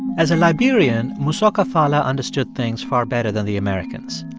as a liberian, mosoka fallah understood things far better than the americans.